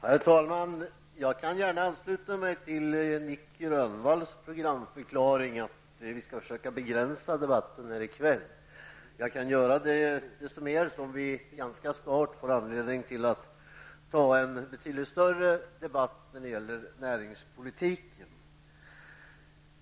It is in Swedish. Herr talman! Jag kan gärna ansluta mig till Nic Grönvalls programförklaring att vi skall försöka begränsa debatten här i kväll. Jag kan göra det eftersom vi ganska snart får anledning att ha en betydligt större debatt när det gäller näringspolitik.